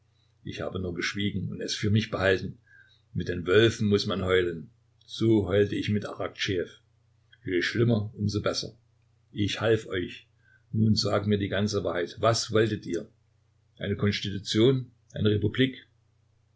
ich habe nur geschwiegen und es für mich behalten mit den wölfen muß man heulen so heulte ich mit araktschejew je schlimmer um so besser ich half euch nun sag mir die ganze wahrheit was wolltet ihr eine konstitution eine republik